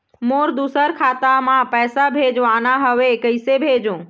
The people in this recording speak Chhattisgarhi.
मोर दुसर खाता मा पैसा भेजवाना हवे, कइसे भेजों?